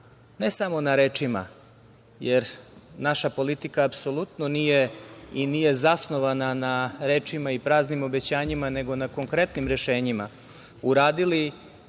ne samo na rečima, jer naša politika apsolutno nije i nije zasnovana na rečima i praznim obećanjima nego na konkretnim rešenjima, uradili